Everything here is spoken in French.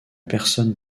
personne